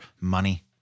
money